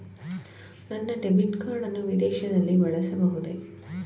ನನ್ನ debit card ಅನ್ನು ವಿದೇಶದಲ್ಲಿ ಬಳಸಬಹುದೇ?